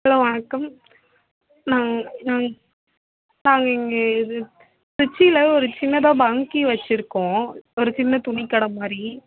hello வணக்கம் நாங்கள் நாங்கள் நாங்கள் இங்கே இது திருச்சியில் ஒரு சின்னதாக பங்கி வச்சிருக்கோம் ஒரு சின்ன துணிக்கடை மாதிரி